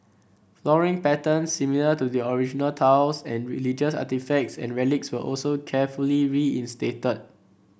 flooring patterns similar to the original tiles and religious artefacts and relics were also carefully reinstated